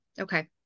okay